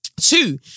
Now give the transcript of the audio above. Two